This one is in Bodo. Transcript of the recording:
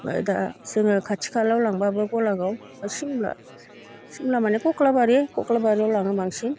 आमफाय दा जोंहा खाथि खालायाव लांब्लाबो गलागाव एबा सिमला सिमला माने कख्लाबारि कख्लाबारियाव लाङो बांसिन